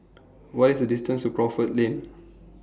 What IS The distance to Crawford Lane